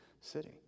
city